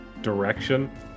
direction